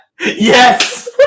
yes